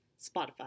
Spotify